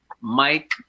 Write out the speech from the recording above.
Mike